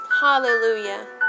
Hallelujah